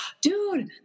dude